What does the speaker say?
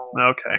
Okay